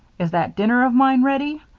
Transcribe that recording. is that dinner of mine ready?